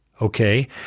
okay